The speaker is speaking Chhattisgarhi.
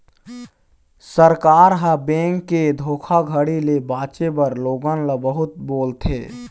सरकार ह, बेंक के धोखाघड़ी ले बाचे बर लोगन ल बहुत बोलथे